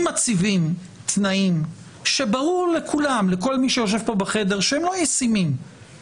אם מציבים תנאים שברור לכל מי שיושב פה בחדר שהם לא ישימים